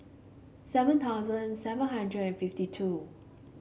seven thousand seven hundred and fifty two